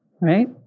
right